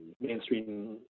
mainstream